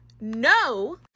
no